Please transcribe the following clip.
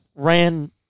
Ran